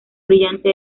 brillante